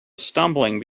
stumbling